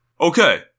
Okay